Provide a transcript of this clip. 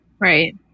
right